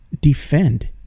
defend